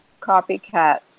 copycat